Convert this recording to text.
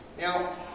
Now